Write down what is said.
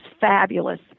fabulous